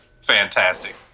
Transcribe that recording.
fantastic